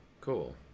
cool